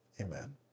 Amen